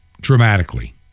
dramatically